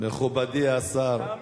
תאמין לי,